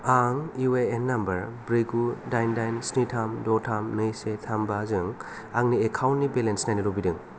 आं U A N number ब्रै गु दाइन दाइन स्नि थाम द' थाम नै से थाम बा जों आंनि एकाउन्टनि बेलेन्स नायनो लुबैदों